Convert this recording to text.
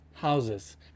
houses